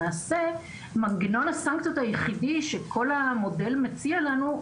למעשה מנגנון הסנקציות היחידי שכל המודל מציע לנו,